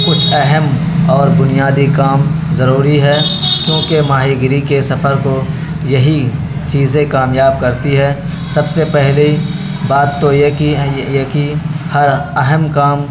کچھ اہم اور بنیادی کام ضروری ہے کیونکہ ماہی گیری کے سفر کو یہی چیزیں کامیاب کرتی ہے سب سے پہلی بات تو یہ کہ ہے یہ کہ ہر اہم کام